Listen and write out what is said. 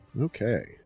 Okay